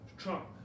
Trump